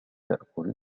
تأكل